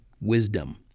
wisdom